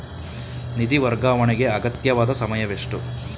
ನಿಧಿ ವರ್ಗಾವಣೆಗೆ ಅಗತ್ಯವಾದ ಸಮಯವೆಷ್ಟು?